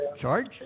charge